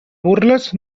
burles